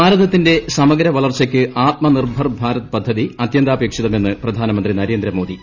ഭാരതത്തിന്റെ സമഗ്രവളർച്ചയ്ക്ക് ആത്മനിർഭർ ഭാരത് പദ്ധതി അത്യന്താപേക്ഷിതമെന്ന് പ്രധാനമന്ത്രി നരേന്ദ്രമോദി